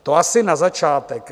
To asi na začátek.